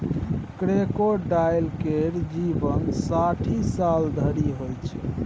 crocodile केर जीबन साठि साल धरि होइ छै